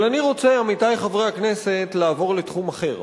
אבל אני רוצה, עמיתי חברי הכנסת, לעבור לתחום אחר,